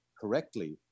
correctly